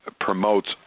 promotes